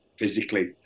Physically